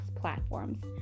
platforms